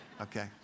Okay